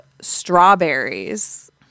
strawberries